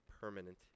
permanent